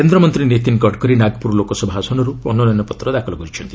କେନ୍ଦ୍ରମନ୍ତ୍ରୀ ନୀତିନ୍ ଗଡ଼କରୀ ନାଗପୁର ଲୋକସଭା ଆସନର୍ ମନୋନୟନ ପତ୍ର ଦାଖଲ କରିଛନ୍ତି